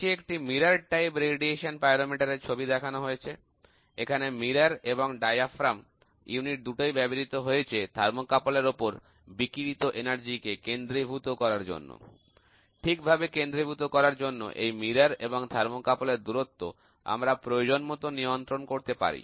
নিচে একটি দর্পণ ধরনের বিকিরণ তাপ পরিমাপক যন্ত্র এর ছবি দেখানো হয়েছে এখানে দর্পণ এবং মধ্যচ্ছদা মাত্রা দুটোই ব্যবহৃত হয়েছে থার্মোকাপল এর উপর বিকিরিত এনার্জি কে কেন্দ্রীভূত করার জন্য ঠিকভাবে কেন্দ্রীভূত করার জন্য এই দর্পণ এবং তাপদ্বয় এর দূরত্ব আমরা প্রয়োজনমতো নিয়ন্ত্রণ করতে পারি